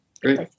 great